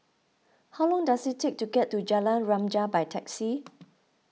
how long does it take to get to Jalan Remaja by taxi